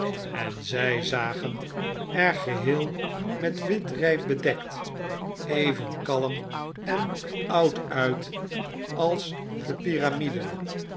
en zfl zagen er geheel met wit rijp bedekt even kalm en oud uit als de pyramiden